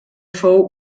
fou